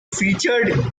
featured